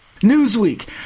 Newsweek